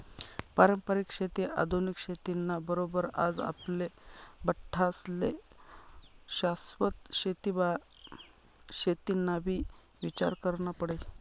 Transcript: पारंपरिक शेती आधुनिक शेती ना बरोबर आज आपले बठ्ठास्ले शाश्वत शेतीनाबी ईचार करना पडी